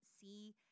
see